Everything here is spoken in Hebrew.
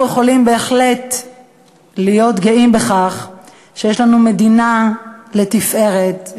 אנחנו יכולים בהחלט להיות גאים שיש לנו מדינה לתפארת,